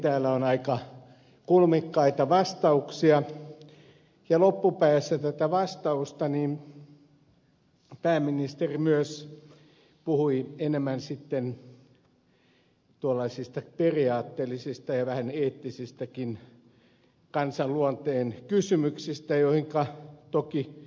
täällä on aika kulmikkaita vastauksia ja loppupäässä tätä vastausta pääministeri puhui myös enemmän sitten periaatteellisista ja vähän eettisistäkin kansanluonteen kysymyksistä joihinka toki yhdyn